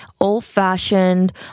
old-fashioned